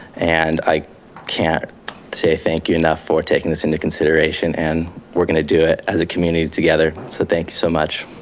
and i can't say thank you enough, for taking this into consideration and we're going to do it as a community together. so thank you so much.